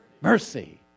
Mercy